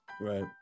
Right